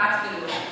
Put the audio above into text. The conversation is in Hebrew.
כמעט שלא.